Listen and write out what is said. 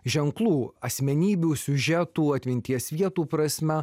ženklų asmenybių siužetų atminties vietų prasme